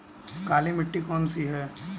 काली मिट्टी कौन सी है?